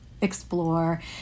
explore